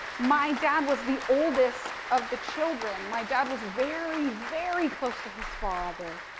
my dad was the oldest of the children. my dad was very, very close to his father,